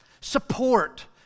support